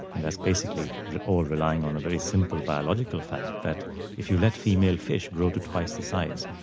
and that's basically all relying on a very simple biological fact that if you let female fish grow to twice the size,